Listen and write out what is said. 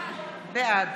בעד